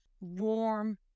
warm